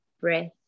breath